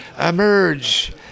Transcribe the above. emerge